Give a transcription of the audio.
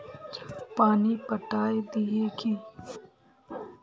पानी पटाय दिये की?